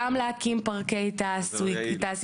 גם להקים פארקי תעשייה,